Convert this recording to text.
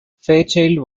fairchild